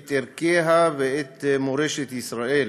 את ערכיה ואת מורשת ישראל,